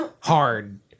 hard